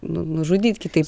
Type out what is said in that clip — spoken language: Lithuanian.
nužudyti kitaip